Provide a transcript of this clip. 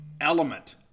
element